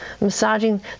massaging